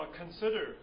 consider